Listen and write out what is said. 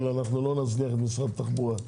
אבל אנחנו לא נזניח את משרד התחבורה.